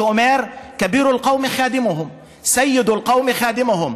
שאומר: (אומר בערבית ומתרגם:).